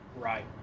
Right